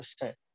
percent